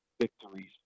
victories